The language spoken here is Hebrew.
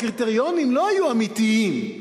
הקריטריונים לא היו אמיתיים,